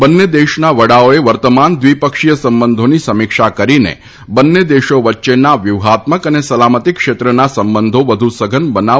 બંને દેશના વડાઓએ વર્તમાન દ્વિપક્ષીય સંબંધોની સમીક્ષા કરીને બંને દેશો વચ્ચેના વ્યુહાત્મક અને સલામતી ક્ષેત્રના સંબંધો વધુ સઘન બનાવવાનો નિર્ણય લીધો હતો